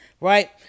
right